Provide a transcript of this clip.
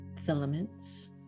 filaments